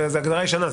זו הגדרה ישנה.